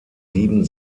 sieben